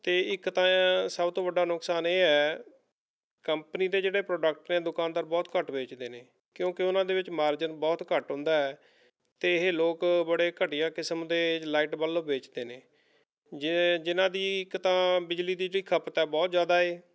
ਅਤੇ ਇੱਕ ਤਾਂ ਸਭ ਤੋਂ ਵੱਡਾ ਨੁਕਸਾਨ ਇਹ ਹੈ ਕੰਪਨੀ ਦੇ ਜਿਹੜੇ ਪ੍ਰੋਡਕਟ ਨੇ ਦੁਕਾਨਦਾਰ ਬਹੁਤ ਘੱਟ ਵੇਚਦੇ ਨੇੇ ਕਿਉਂਕਿ ਉਹਨਾਂ ਦੇ ਵਿੱਚ ਮਾਰਜਨ ਬਹੁਤ ਘੱਟ ਹੁੰਦਾ ਹੈ ਅਤੇ ਇਹ ਲੋਕ ਬੜੇ ਘਟੀਆ ਕਿਸਮ ਦੇ ਲਾਈਟ ਬੱਲਬ ਵੇਚਦੇ ਨੇ ਜੇ ਜਿਨ੍ਹਾਂ ਦੀ ਇੱਕ ਤਾਂ ਬਿਜਲੀ ਦੀ ਜਿਹੜੀ ਖ਼ਪਤ ਹੈ ਬਹੁਤ ਜ਼ਿਆਦਾ ਹੈ